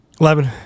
Eleven